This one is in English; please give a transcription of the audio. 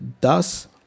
thus